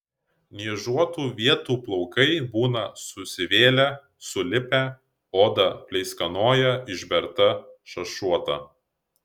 niežuotų vietų plaukai būna susivėlę sulipę oda pleiskanoja išberta šašuota